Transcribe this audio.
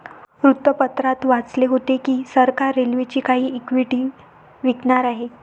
वृत्तपत्रात वाचले होते की सरकार रेल्वेची काही इक्विटी विकणार आहे